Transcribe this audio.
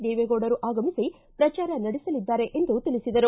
ದೇವೇಗೌಡರು ಆಗಮಿಸಿ ಪ್ರಚಾರ ನಡೆಸಲಿದ್ದಾರೆ ಎಂದು ತಿಳಿಸಿದರು